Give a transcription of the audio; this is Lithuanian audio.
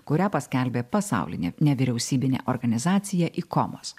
kurią paskelbė pasaulinė nevyriausybinė organizacija ikomos